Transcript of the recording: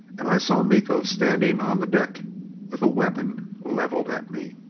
and i saw miko standing on the deck with a weapon leveled at me!